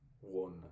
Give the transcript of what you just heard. one